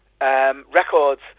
records